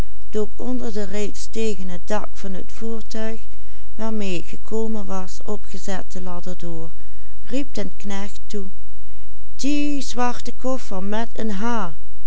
gekomen was opgezette ladder dr riep den knecht toe die zwarte koffer met een h